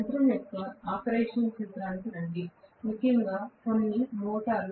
యంత్రం యొక్క ఆపరేషన్ సూత్రానికి తిరిగి రండి ముఖ్యంగా కొన్ని మోటారు